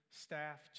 staff